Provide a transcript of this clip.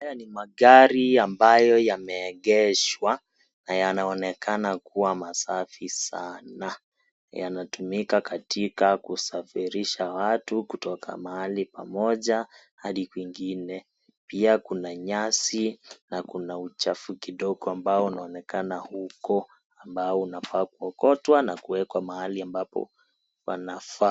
Haya ni magari ambayo yameegeshwa na yanaonekana kuwa masafi sana, yanatumika katika kusafirisha watu kutoka mahali pamoja hadi kwingine, pia kuna nyasi na kuna uchafu kidogo ambao unaonekana huko, ambao unafaa kuokotwa na kuwekwa mahali ambapo panafaa.